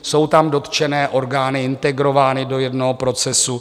Jsou tam dotčené orgány integrovány do jednoho procesu.